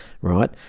right